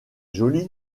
joli